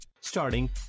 Starting